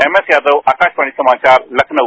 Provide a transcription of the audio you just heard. MS Yadav Akashvani समाचार लखनऊ